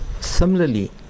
Similarly